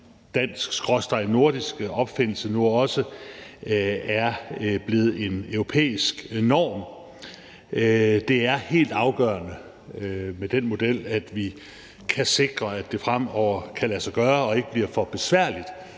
dansk skråstreg nordisk opfindelse, nu også er blevet en europæisk norm. Det er helt afgørende med den model, at vi kan sikre, at det fremover kan lade sig gøre og ikke bliver for besværligt